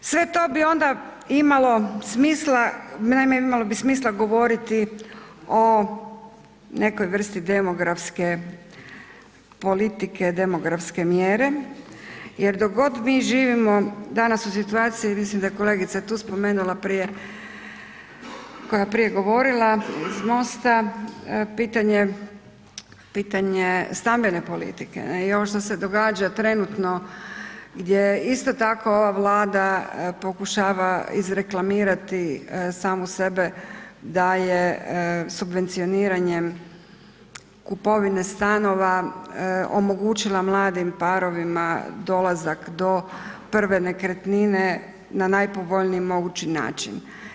Sve to bi onda imamo smisla, naime imalo bi smisla govoriti o nekoj vrsti demografske politike, demografske mjere jer dok god mi živimo danas u situaciji, mislim da je kolegica tu spomenula prije, koja je prije govorila iz MOST-a, pitanje stambene politike i ovo što se događa trenutno, gdje isto tako ova Vlada pokušava izreklamirati samu sebe da je subvencioniranjem kupovine stanova omogućila mladim parovima dolazak do prve nekretnine na najpovoljniji mogući način.